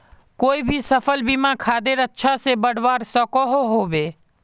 कोई भी सफल बिना खादेर अच्छा से बढ़वार सकोहो होबे?